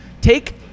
take